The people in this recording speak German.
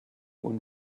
und